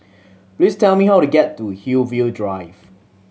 please tell me how to get to Hillview Drive